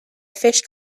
fish